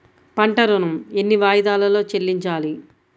పంట ఋణం ఎన్ని వాయిదాలలో చెల్లించాలి?